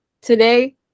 Today